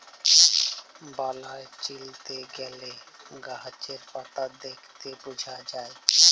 বালাই চিলতে গ্যালে গাহাচের পাতা দ্যাইখে বুঝা যায়